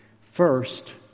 First